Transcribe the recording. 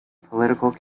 political